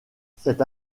cette